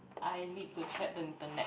I need to check the internet